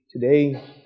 today